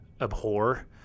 abhor